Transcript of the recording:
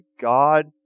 God